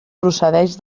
procedeix